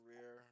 career